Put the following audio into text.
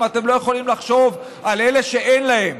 אם אתם לא יכולים לחשוב על אלה שאין להם,